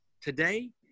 today